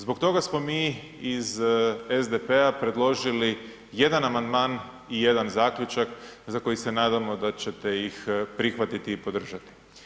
Zbog toga smo mi iz SDP-a predložili jedan amandman i jedan zaključak za koji se nadamo da ćete ih prihvatiti i podržati.